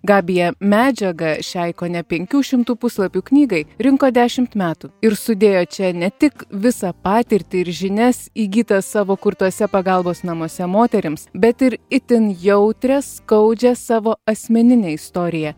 gabija medžiagą šiai kone penkių šimtų puslapių knygai rinko dešimt metų ir sudėjo čia ne tik visą patirtį ir žinias įgytas savo kurtuose pagalbos namuose moterims bet ir itin jautrią skaudžią savo asmeninę istoriją